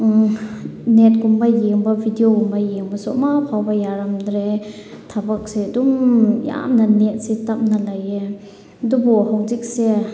ꯅꯦꯠꯀꯨꯝꯕ ꯌꯦꯡꯕ ꯚꯤꯗꯤꯑꯣꯒꯨꯝꯕ ꯌꯦꯡꯕꯁꯨ ꯑꯃ ꯐꯥꯎꯕ ꯌꯥꯔꯝꯗ꯭ꯔꯦ ꯊꯕꯛꯁꯦ ꯑꯗꯨꯝ ꯌꯥꯝꯅ ꯅꯦꯠꯁꯦ ꯇꯞꯅ ꯂꯩꯌꯦ ꯑꯗꯨꯕꯨ ꯍꯧꯖꯤꯛꯁꯦ